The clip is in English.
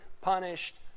punished